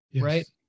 right